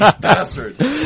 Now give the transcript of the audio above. Bastard